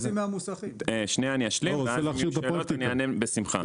אני אשלים ואז אם יהיו שאלות אני אענה בשמחה.